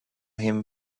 him